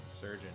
surgeon